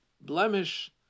blemish